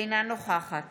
אינה נוכחת